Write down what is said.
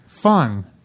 Fun